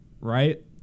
right